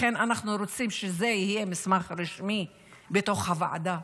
לכן אנחנו רוצים שזה יהיה מסמך רשמי בתוך הוועדה.